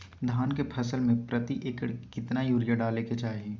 धान के फसल में प्रति एकड़ कितना यूरिया डाले के चाहि?